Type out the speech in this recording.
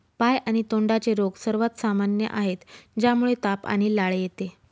पाय आणि तोंडाचे रोग सर्वात सामान्य आहेत, ज्यामुळे ताप आणि लाळ येते